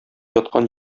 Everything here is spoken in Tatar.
яткан